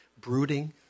brooding